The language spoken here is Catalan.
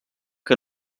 que